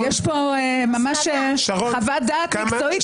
יש פה ממש חוות דעת מקצועית,